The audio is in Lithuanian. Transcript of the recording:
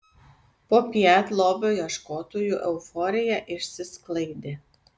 popiet lobio ieškotojų euforija išsisklaidė